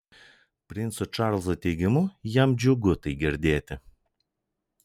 princo čarlzo teigimu jam džiugu tai girdėti